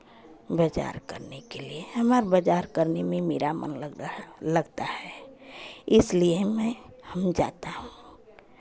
बाज़ार करने के लिए हमर बाज़ार करने के में मेरा मन लग रहा लगता है इसलिए मैं हम जाता हूँ